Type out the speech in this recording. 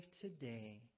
today